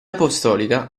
apostolica